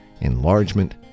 enlargement